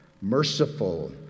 Merciful